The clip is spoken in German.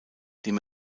dem